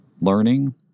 learning